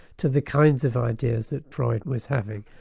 to the kinds of ideas that freud was having,